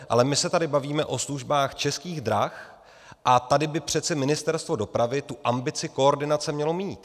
Ale my se tady bavíme o službách Českých drah, a tady by přece Ministerstvo dopravy tu ambici koordinace mělo mít.